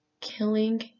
killing